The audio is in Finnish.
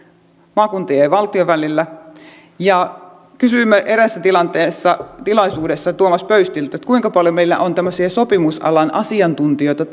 maakuntien ja valtion välillä kysyimme eräässä tilaisuudessa tuomas pöystiltä kuinka paljon meillä on tällä hetkellä tämmöisiä sopimusalan asiantuntijoita